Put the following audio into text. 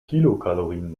kilokalorien